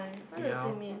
ya lor